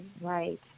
right